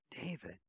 David